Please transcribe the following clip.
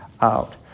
out